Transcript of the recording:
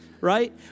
Right